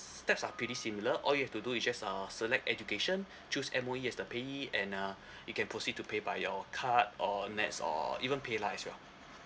steps are pretty similar all you have to do is just uh select education choose M_O_E as the payee and uh you can proceed to pay by your card or nets or even PayLah as well